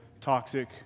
toxic